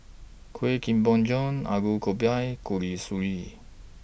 Kueh Kemboja Go B I Suji